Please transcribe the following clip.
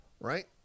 Right